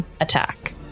attack